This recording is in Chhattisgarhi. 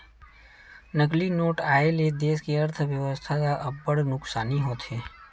नकली नोट आए ले देस के अर्थबेवस्था ल अब्बड़ नुकसानी होथे